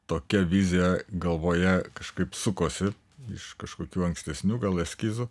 tokia vizija galvoje kažkaip sukosi iš kažkokių ankstesnių gal eskizų